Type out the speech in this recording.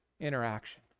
interaction